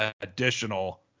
additional